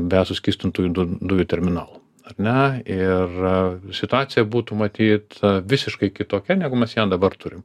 be suskystintųjų duj dujų terminalo ar ne ir situacija būtų matyt visiškai kitokia negu mes ją dabar turim